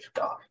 off